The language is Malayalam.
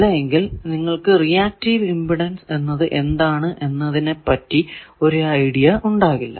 അല്ല എങ്കിൽ നിങ്ങൾക്കു റിയാക്റ്റീവ് ഇമ്പിഡൻസ് എന്നത് എന്താണ് എന്നതിനെ പറ്റി ഒരു ഐഡിയ ഉണ്ടാകില്ല